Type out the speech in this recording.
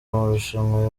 amarushanwa